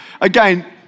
Again